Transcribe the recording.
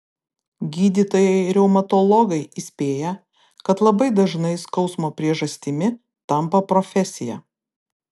gydytojai reumatologai įspėja kad labai dažnai skausmo priežastimi tampa profesija